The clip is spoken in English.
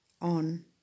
on